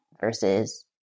versus